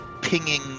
pinging